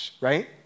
Right